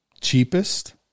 cheapest